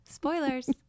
Spoilers